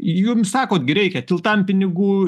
jums sakot gi reikia ir tiltam pinigų